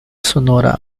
sonora